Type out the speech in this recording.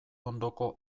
ondoko